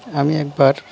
আমি একবার